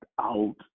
out